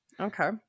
Okay